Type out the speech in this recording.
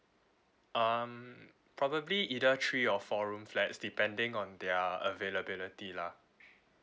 um probably either three or four room flats depending on their availability lah